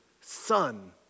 Son